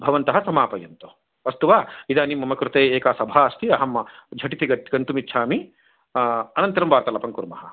भवन्त समापयन्तु अस्तु वा इदानीं मम कृते एकसभा अस्ति अहम् झटिति गन्तुम् इच्छामि अनन्तरं वार्तालापं कुर्म